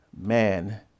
Man